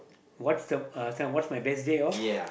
what's the uh this one what's my best day off